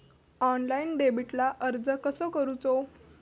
Online डेबिटला अर्ज कसो करूचो?